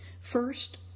First